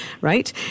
right